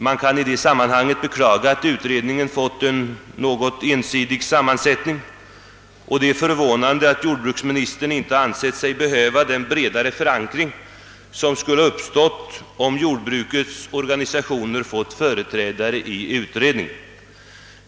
Man kan i det sammanhanget beklaga att utredningen fått en något ensidig sammansättning, och det är förvånande att jordbruksministern inte ansett sig behöva den bredare förankring som skulle ha uppstått om jordbrukets organisationer hade fått företrädare i utredningen.